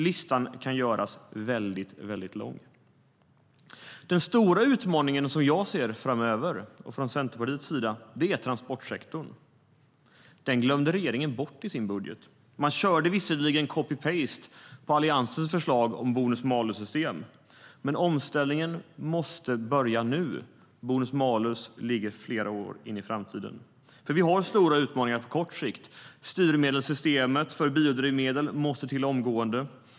Listan kan göras väldigt lång. Vi har stora utmaningar på kort sikt. Styrmedelssystem för biodrivmedel måste till omgående.